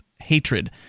hatred